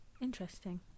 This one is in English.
Interesting